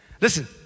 Listen